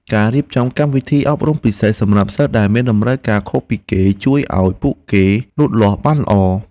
ការរៀបចំកម្មវិធីអប់រំពិសេសសម្រាប់សិស្សដែលមានតម្រូវការខុសពីគេជួយឱ្យពួកគេលូតលាស់បានល្អ។